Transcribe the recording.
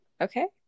Okay